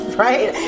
right